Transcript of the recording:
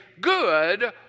good